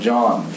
John